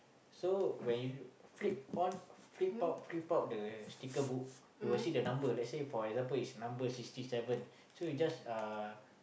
so when you flip on flip flop flip flop the sticker book you will see the number let's say for example is number sixty seven so you just uh